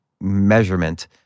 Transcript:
measurement